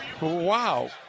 Wow